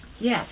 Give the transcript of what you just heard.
Yes